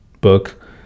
book